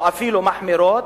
או אפילו מחמירות,